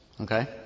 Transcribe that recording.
okay